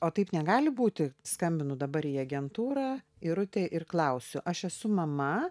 o taip negali būti skambinu dabar į agentūrą irutei ir klausiu aš esu mama